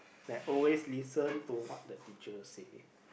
that always listen to what the teacher said